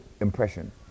impression